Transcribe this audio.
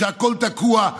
הכול תקוע,